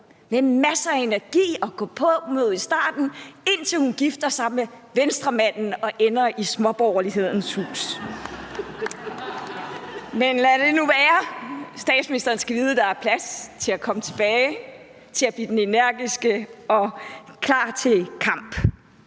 med masser af energi og gåpåmod i starten – indtil hun gifter sig med Venstremanden og ender i småborgerlighedens hus. Men lad det nu være. Statsministeren skal vide, at der er plads til at komme tilbage og blive den energiske og klar til kamp.